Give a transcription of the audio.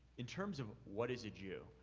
in terms of what is a jew,